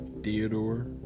Theodore